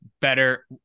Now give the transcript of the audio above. better